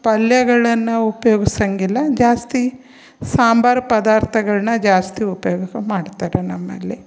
ಪಲ್ಯಗಳನ್ನು ಉಪಯೋಗ್ಸಂಗಿಲ್ಲ ಜಾಸ್ತಿ ಸಾಂಬಾರು ಪದಾರ್ಥಗಳನ್ನ ಜಾಸ್ತಿ ಉಪಯೋಗ ಮಾಡ್ತಾರೆ ನಮ್ಮಲ್ಲಿ